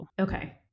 Okay